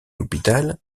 hôpital